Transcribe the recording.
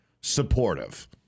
supportive